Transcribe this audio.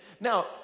Now